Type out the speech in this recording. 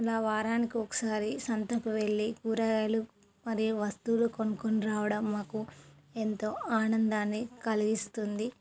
ఇలా వారానికి ఒకసారి సంతకి వెళ్ళి కూరగాయలు మరియు వస్తువులు కొనుక్కొని రావడం మాకు ఎంతో ఆనందాన్ని కలిగిస్తుంది